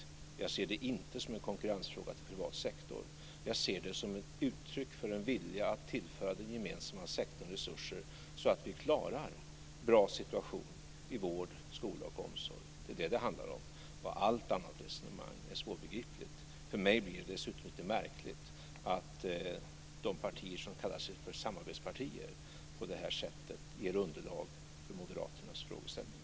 Jag ser det inte som en fråga om konkurrens med privat sektor. Jag ser det som ett uttryck för en vilja att tillföra den gemensamma sektorn resurser så att vi klarar en bra situation i vård, skola och omsorg. Det är vad det handlar om. Allt annat resonemang är svårbegripligt. För mig ter det sig dessutom lite märkligt att de partier som kallar sig för samarbetspartier på det här sättet ger underlag för Moderaternas frågeställningar.